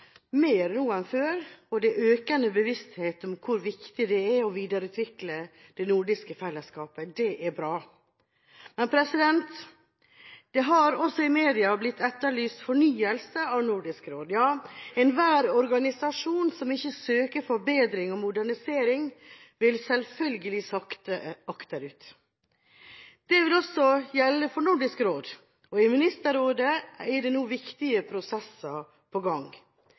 mer nå enn før, og det er en økende bevissthet om hvor viktig det er å videreutvikle det nordiske felleskapet. Det er bra. Det har, også i media, blitt etterlyst fornyelse av Nordisk råd. Ja, enhver organisasjon som ikke søker forbedring og modernisering, vil selvfølgelig sakke akterut. Det vil også gjelde Nordisk råd. I Ministerrådet er det nå viktige prosesser på gang.